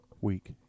week